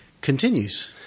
continues